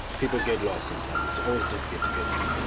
people get lost sometimes it's always difficult to get to.